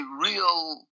real